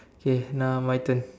okay now my turn